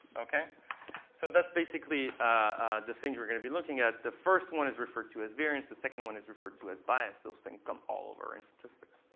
so that's basically the things we're going to be looking at. the first one is referred to as variance. the second one is referred to as bias. those things come all over in statistics.